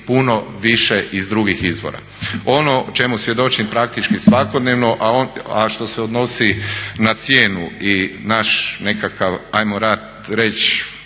puno više iz drugih izvora. Ono o čemu svjedočim praktički svakodnevno, a što se odnosi na cijenu i naš nekakav ajmo reći